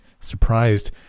surprised